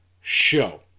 show